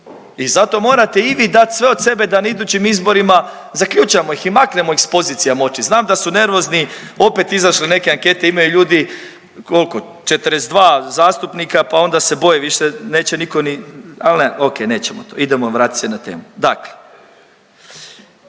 i zato morate i vi dat sve od sebe da na idućim izborima zaključamo ih i maknemo ih s pozicija moći, znam da su nervozni, opet izašle neke ankete, imaju ljudi kolko, 42 zastupnika, pa onda se boje, više neće niko ni, al ne, okej nećemo to, idemo vratit se na temu.